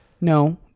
No